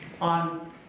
on